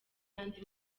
andi